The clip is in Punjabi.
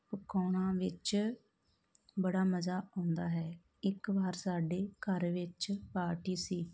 ਪਕਾਉਣਾ ਵਿੱਚ ਬੜਾ ਮਜ਼ਾ ਆਉਂਦਾ ਹੈ ਇੱਕ ਵਾਰ ਸਾਡੇ ਘਰ ਵਿੱਚ ਪਾਰਟੀ ਸੀ